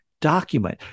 document